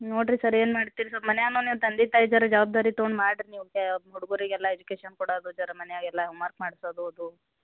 ನೋಡಿರಿ ಸರ್ ಏನು ಮಾಡ್ತೀರಿ ಸೊಲ್ಪ್ ಮನ್ಯಾಗನೂ ನೀವು ತಂದೆ ತಾಯಿ ಜರ ಜವಾಬ್ದಾರಿ ತಕೊಂಡು ಮಾಡಿರಿ ನೀವು ಹುಡುಗುರಿಗೆಲ್ಲ ಎಜುಕೇಶನ್ ಕೊಡೋದು ಜರ ಮನ್ಯಾಗೆಲ್ಲ ಹೋಮ್ ವರ್ಕ್ ಮಾಡ್ಸೋದು ಓದು